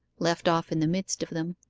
left off in the midst of them,